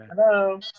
Hello